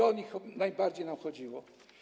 O nie najbardziej nam chodziło.